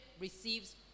receives